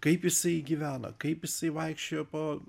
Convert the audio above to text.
kaip jisai gyveno kaip jisai vaikščiojo po